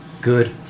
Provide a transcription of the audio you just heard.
Good